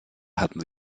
hatten